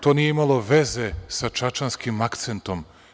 To nije imalo veze sa čačanskim akcentom.